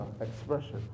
expression